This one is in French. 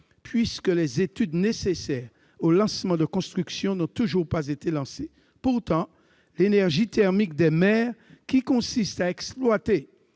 puisque les études nécessaires au lancement de constructions n'ont toujours pas été engagées ! Pourtant, l'énergie thermique des mers, qui consiste à exploiter